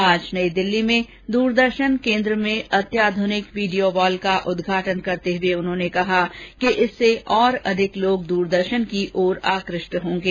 आज नई दिल्ली में दूरदर्शन केन्द्र में अत्याध्रनिक वीडियो वॉल का उद्घाटन करते हुए उन्होंने कहा कि इससे और अधिक लोग दूरदर्शन की ओर आकृष्ट होंगे